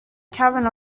cavern